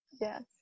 Yes